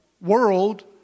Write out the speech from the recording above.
world